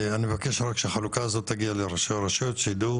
אני מבקש רק שהחלוקה הזאת תגיע לראשי הרשויות שיידעו